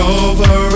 over